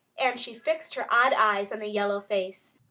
and she fixed her odd eyes on the yellow face.